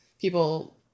people